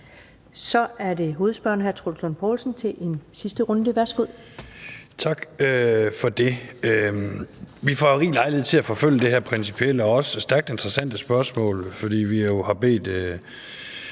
16:20 Troels Lund Poulsen (V): Tak for det. Vi får jo rig lejlighed til at forfølge det her principielle og også stærkt interessante spørgsmål, for vi har jo bedt